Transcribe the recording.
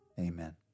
Amen